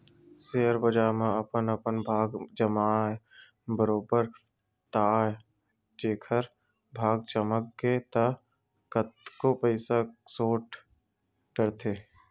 share बजार म अपन अपन भाग अजमाय बरोबर ताय जेखर भाग चमक गे ता कतको पइसा सोट डरथे